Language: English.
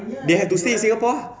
they have to stay in singapore ah